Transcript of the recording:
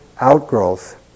outgrowth